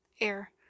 air